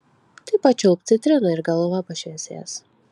tai pačiulpk citriną ir galva pašviesės